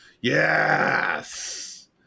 Yes